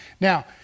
Now